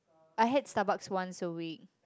I had Starbucks once a week